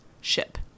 ship